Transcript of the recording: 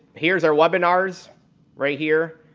here's our webinars right here.